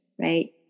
right